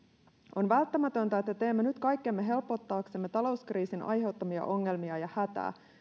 on välttämätöntä että teemme nyt kaikkemme helpottaaksemme talouskriisin aiheuttamia ongelmia ja hätää